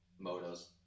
motos